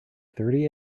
thirty